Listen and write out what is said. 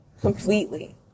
completely